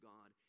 God